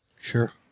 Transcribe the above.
Sure